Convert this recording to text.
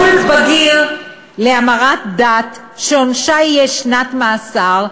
שידול בגיר להמרת דת, שעונשה יהיה שנת מאסר.